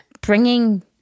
bringing